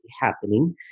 happening